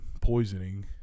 poisoning